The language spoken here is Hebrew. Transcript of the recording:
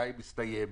שיש ציבור,